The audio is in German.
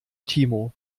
timo